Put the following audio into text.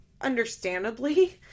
understandably